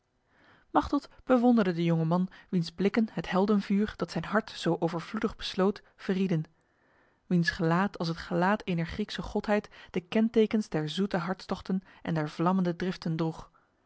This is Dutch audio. machteld bewonderde de jonge man wiens blikken het heldenvuur dat zijn hart zo overvloedig besloot verrieden wiens gelaat als het gelaat ener griekse godheid de kentekens der zoete hartstochten en der vlammende driften